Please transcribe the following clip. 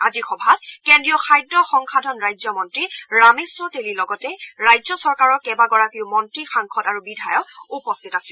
আজিৰ সভাত কেন্দ্ৰীয় খাদ্য সংসাধন ৰাজ্য মন্ত্ৰী ৰামেশ্বৰ তেলীৰ লগতে ৰাজ্য চৰকাৰৰ কেইবাগৰাকীও মন্ত্ৰী সাংসদ আৰু বিধায়ক উপস্থিত আছিল